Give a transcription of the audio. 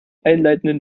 einleitenden